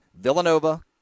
Villanova